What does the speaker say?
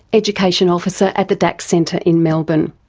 education officer at the dax centre in melbourne.